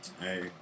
Hey